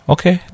Okay